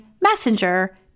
messenger